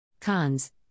Cons